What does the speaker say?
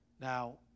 Now